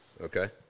okay